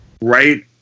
right